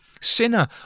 Sinner